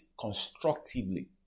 constructively